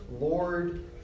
Lord